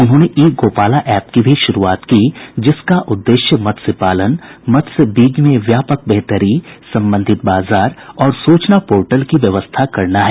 उन्होंने e Gopala app की भी शुरूआत की जिसका उद्देश्य मत्स्य पालन मत्स्य बीज में व्यापक बेहतरी संबंधित बाजार और सूचना पोर्टल की व्यवस्था करना है